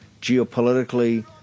geopolitically